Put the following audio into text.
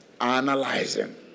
analyzing